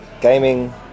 gaming